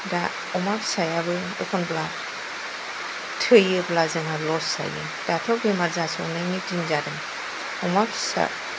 दा अमा फिसायाबो एखमब्ला थैयोब्ला जोङो लस जायो दाथ' बेमार जासावनायनि दिन जादों अमा फिसा